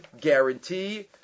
guarantee